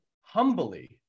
humbly